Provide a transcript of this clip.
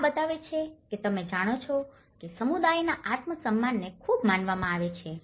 આ બતાવે છે કે તમે જાણો છો કે સમુદાયના આત્મ સન્માનને ખૂબ માનવામાં આવે છે